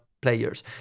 players